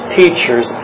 teachers